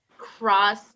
Cross